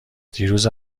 دیروز